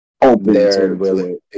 open